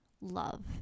love